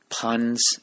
puns